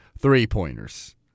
three-pointers